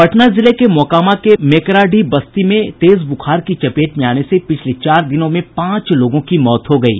पटना जिले के मोकामा के मेकराडीह बस्ती में तेज बुखार की चपेट में आने से पिछले चार दिनों पांच लोगों की मौत हो गयी